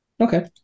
Okay